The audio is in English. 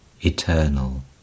Eternal